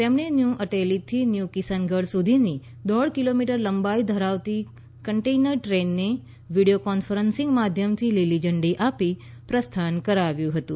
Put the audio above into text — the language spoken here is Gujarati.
તેમણે ન્યૂ અટેલીથી ન્યૂ કિસનગઢ સુધીની દોઢ કિલોમીટર લં બાઈ ધરાવતી કન્ટેઈનર દ્રેનને વિડિયો કોન્ફરન્સીંગ માધ્યમથી લીલીઝંડી આપી પ્રસ્થાન કરાવ્યું હતું